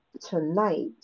tonight